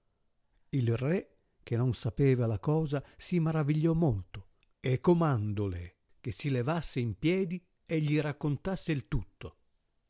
il re che non sapeva la cosa si maravigliò molto e cornandole che si levasse in piedi e gli raccontasse il tutto